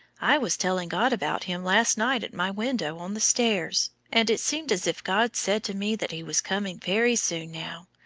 i was telling god about him last night at my window on the stairs and it seemed as if god said to me that he was coming very soon now.